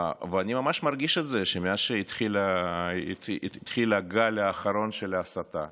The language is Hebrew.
ואני ממש מרגיש את זה שמאז שהתחיל הגל האחרון של ההסתה,